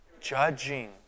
Judging